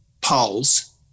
polls